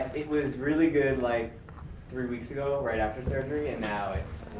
it was really good like three weeks ago, right after surgery and now it's